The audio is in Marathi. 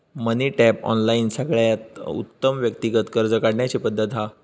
मनी टैप, ऑनलाइन सगळ्यात उत्तम व्यक्तिगत कर्ज काढण्याची पद्धत हा